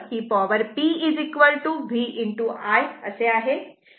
he power p v i आहे